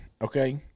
Okay